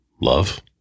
love